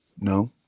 No